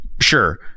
Sure